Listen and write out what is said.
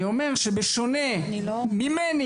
אני אומר שבשונה ממני,